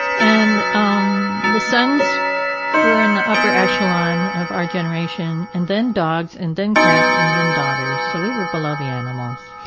and, um the sons were in the upper echelon of our generation and then dogs and then cats and then daughters so we were below the animals.